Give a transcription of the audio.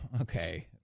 okay